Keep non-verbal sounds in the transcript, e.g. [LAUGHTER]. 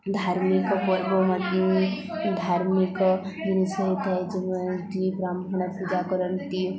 ଧାର୍ମିକ ପର୍ବ ମଧ୍ୟ ଧାର୍ମିକ ଜିନିଷ ହୋଇଥାଏ [UNINTELLIGIBLE] ବ୍ରାହ୍ମଣ ପୂଜା କରନ୍ତି